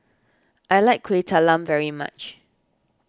I like Kueh Talam very much